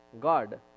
God